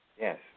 Yes